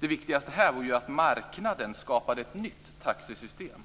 Det viktigaste här vore att marknaden skapade ett nytt taxesystem.